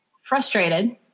frustrated